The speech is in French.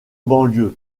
banlieue